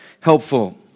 helpful